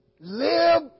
Live